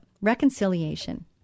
reconciliation